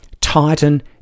Titan